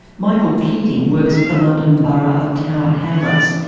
michael keating works for the london borough of tower hamlets.